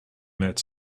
met